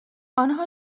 آنها